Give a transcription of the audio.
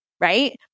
right